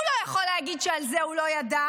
הוא לא יכול להגיד על זה שהוא לא ידע.